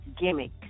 gimmick